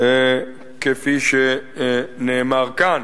כפי שנאמר כאן,